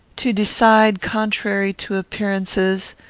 to decide contrary to appearances,